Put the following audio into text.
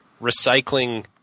Recycling